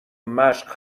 مشق